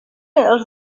els